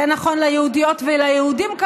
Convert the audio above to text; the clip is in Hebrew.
זה נכון ליהודיות וליהודים,